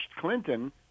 clinton